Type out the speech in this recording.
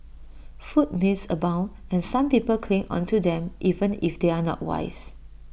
food myths abound and some people cling onto them even if they are not wise